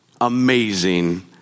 amazing